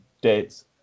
dates